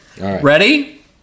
Ready